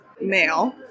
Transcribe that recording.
male